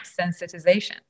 sensitization